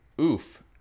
oof